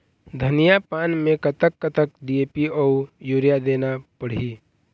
धनिया पान मे कतक कतक डी.ए.पी अऊ यूरिया देना पड़ही?